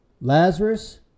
Lazarus